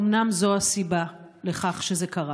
האומנם זאת הסיבה לכך שזה קרה?